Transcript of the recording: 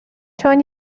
چون